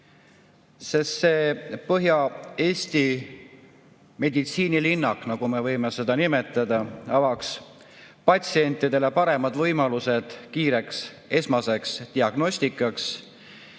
See Põhja-Eesti meditsiinilinnak, nagu me võime seda nimetada, avaks patsientidele paremad võimalused kiireks esmaseks diagnostikaks